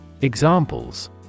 Examples